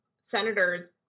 senators